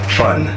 fun